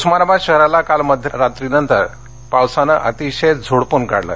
उस्मानाबाद शहराला काल मध्यरात्रीनंतर पवसानं अतिशय झोडपून काढलं